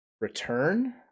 return